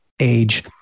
age